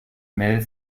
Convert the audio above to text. mel